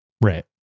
right